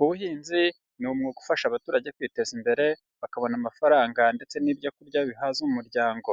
Ubuhinzi ni mwuga ufasha abaturage kwiteza imbere bakabona amafaranga ndetse n'ibyo kurya bihaza umuryango,